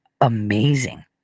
amazing